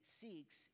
seeks